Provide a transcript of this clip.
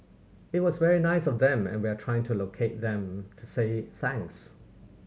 it was very nice of them and we are trying to locate them to say thanks